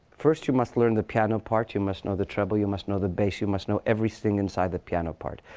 first, you must learn the piano part. you must know the treble. you must know the bass. you must know everything inside the piano part.